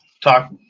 talk